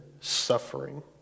suffering